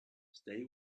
stay